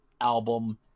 album